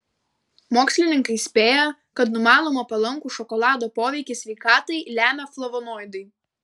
mokslininkai spėja kad numanomą palankų šokolado poveikį sveikatai lemia flavonoidai